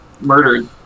murdered